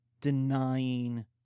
denying